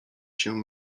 się